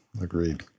Agreed